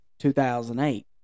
2008